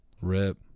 rip